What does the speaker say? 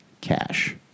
Cash